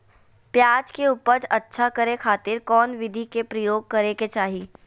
प्याज के उपज अच्छा करे खातिर कौन विधि के प्रयोग करे के चाही?